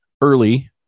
early